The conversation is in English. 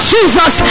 Jesus